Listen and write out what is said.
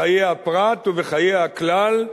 בחיי הפרט ובחיי הכלל,